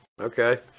Okay